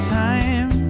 time